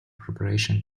preparation